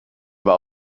aber